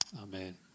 Amen